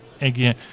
Again